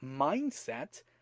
mindset